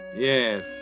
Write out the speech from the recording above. Yes